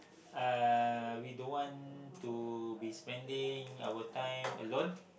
uh we don't want to be spending our time alone